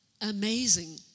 Amazing